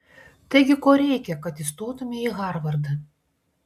taigi ko reikia kad įstotumei į harvardą